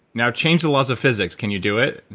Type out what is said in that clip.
now change the laws of physics. can you do it?